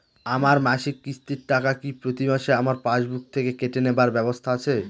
আমার মাসিক কিস্তির টাকা কি প্রতিমাসে আমার পাসবুক থেকে কেটে নেবার ব্যবস্থা আছে?